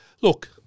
look